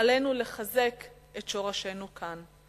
עלינו לחזק את שורשינו כאן.